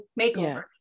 makeover